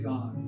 God